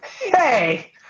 hey